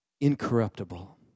incorruptible